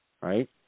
right